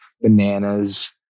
bananas